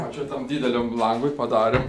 o čia tam dideliam langui padarėm